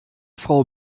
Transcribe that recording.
frau